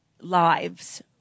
lives